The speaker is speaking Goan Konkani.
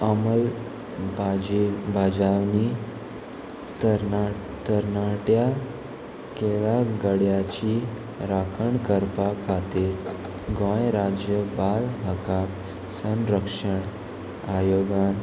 अमल बाजेव बाजावणी तरणा तरणाट्या खेळागड्याची राखण करपा खातीर गोंय राज्य बाल हाका संरक्षण आयोगान